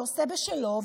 עושה כבשלו,